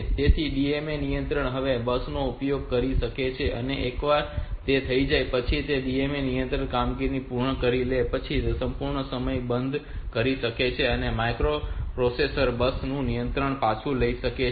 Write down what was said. તેથી DMA નિયંત્રક હવે બસ નો ઉપયોગ કરી શકે છે અને એકવાર તે થઈ જાય તે પછી DMA નિયંત્રક કામગીરી પૂર્ણ કરી લે તે પછી તે સંપૂર્ણ સમય બંધ કરી શકે છે અને માઇક્રોપ્રોસેસર બસ નું નિયંત્રણ પાછું લઈ શકે છે